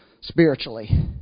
spiritually